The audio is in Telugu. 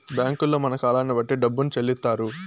బ్యాంకుల్లో మన కాలాన్ని బట్టి డబ్బును చెల్లిత్తారు